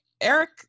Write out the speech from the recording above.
Eric